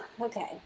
Okay